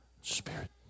spirit